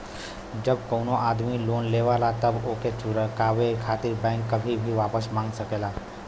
जब कउनो आदमी लोन लेवला तब ओके चुकाये खातिर बैंक कभी भी वापस मांग सकला